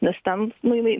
nes ten nu jinai